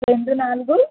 రెండు నాలుగు